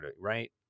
right